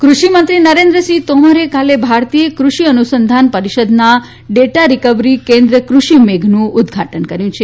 તોમર કૃષિમંત્રી નરેન્દ્રસિંહ તોમરે કાલે ભારતીય ક્રષિ અનુસંધાન પરીષદના ડેટા રીકવરી કેન્દ્ર કૃષિ મેઘનું ઉદઘાટન કર્યુ છે